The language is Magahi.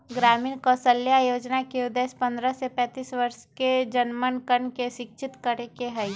ग्रामीण कौशल्या योजना के उद्देश्य पन्द्रह से पैंतीस वर्ष के जमनकन के शिक्षित करे के हई